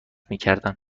میکردن